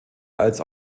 als